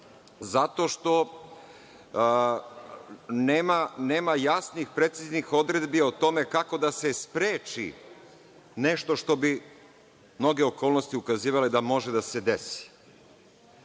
Zato što nema jasnih, preciznih odredbi o tome kako da se spreči nešto što bi mnoge okolnosti ukazivale da može da se